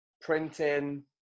printing